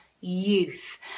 youth